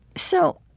so,